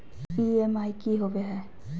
EMI की होवे है?